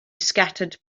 scattered